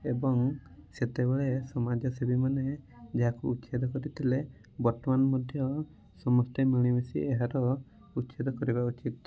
ଏବଂ ସେତେବେଳେ ସମାଜସେବୀମାନେ ଯାହାକୁ ଉଚ୍ଛେଦ କରିଥିଲେ ବର୍ତ୍ତମାନ ମଧ୍ୟ ସମସ୍ତେ ମିଳିମିଶି ଏହାର ଉଚ୍ଛେଦ କରିବା ଉଚିତ୍